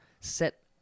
set